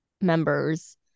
members